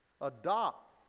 adopt